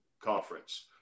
conference